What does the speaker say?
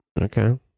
okay